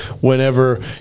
whenever